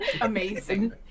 Amazing